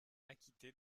acquitter